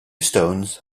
stones